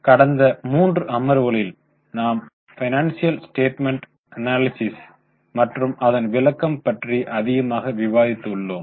கடந்த மூன்று அமர்வுகளில் நாம் பைனான்சியல் ஸ்டேட்மென்ட் அனாலிசிஸ் மற்றும் அதன் விளக்கம் பற்றி அதிகமாக விவாதித்து உள்ளோம்